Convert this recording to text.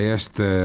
esta